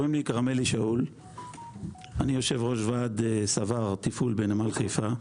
אני יושב-ראש ועד סוואר תפעול בנמל חיפה.